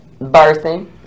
Birthing